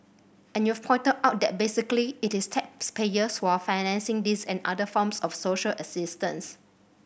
and you've pointed out that basically it is taxpayers who are financing this and other forms of social assistance